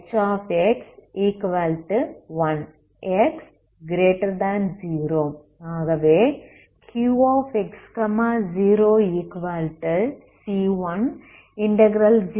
ஆகவே Qx0c10e p2dpc21 இது eq